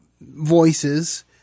voices